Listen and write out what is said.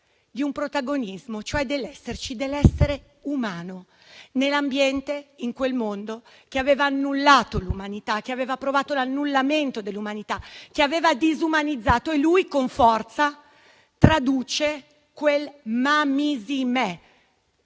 di un protagonismo, e cioè dell'esserci, dell'essere umano nell'ambiente, in quel mondo che aveva annullato l'umanità, che aveva provato l'annullamento dell'umanità, che aveva disumanizzato. Così, con forza, traduce quel «ma misi me»